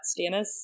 Stannis